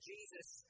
Jesus